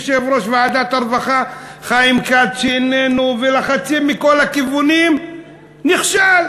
יושב-ראש ועדת הרווחה חיים כץ שאיננו ולחצים מכל הכיוונים נכשל.